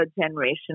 generation